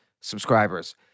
subscribers